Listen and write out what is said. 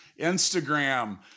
Instagram